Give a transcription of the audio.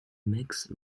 mixed